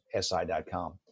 si.com